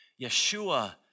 Yeshua